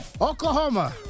Oklahoma